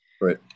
Right